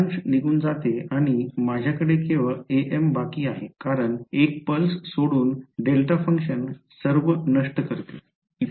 सारांश निघून जाते आणि माझ्या कडे केवल am बाकी आहे कारण एक पल्स सोडून डेल्टा फंक्शन सर्व नष्ट करते